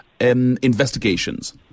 investigations